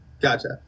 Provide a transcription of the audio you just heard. Gotcha